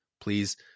please